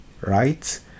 right